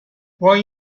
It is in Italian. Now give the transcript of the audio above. puoi